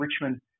Richmond